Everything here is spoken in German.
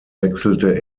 wechselte